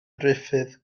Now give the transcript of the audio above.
ruffydd